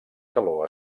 calor